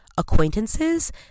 acquaintances